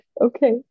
Okay